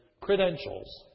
credentials